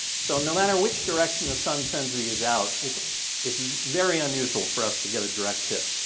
so no matter which direction the sun sends these out, it's it's very unusual for us to get a direct hit.